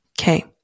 Okay